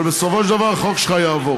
אבל בסופו של דבר החוק שלך יעבור.